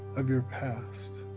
of your past,